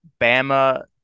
Bama